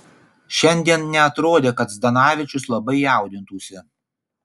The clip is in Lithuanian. šiandien neatrodė kad zdanavičius labai jaudintųsi